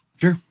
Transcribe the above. Sure